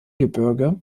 gebirge